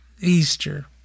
Easter